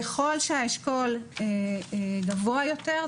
ככל שהאשכול גבוה יותר,